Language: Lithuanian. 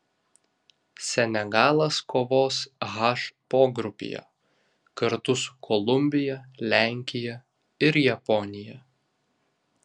senegalas kovos h pogrupyje kartu su kolumbija lenkija ir japonija